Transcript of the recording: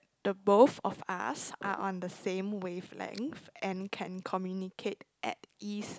the both of us are on the same wavelength and can communicate at ease